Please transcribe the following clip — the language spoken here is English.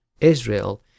Israel